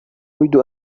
أريد